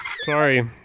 Sorry